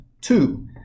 two